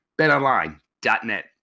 BetOnline.net